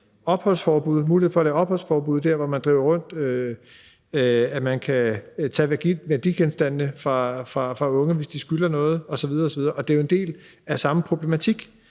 unge og give dem opholdsforbud der, hvor de driver rundt, og at man kan tage værdigenstande fra disse unge, hvis de skylder noget osv. osv. Og det er jo en del af samme problematik,